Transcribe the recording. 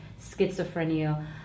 schizophrenia